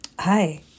Hi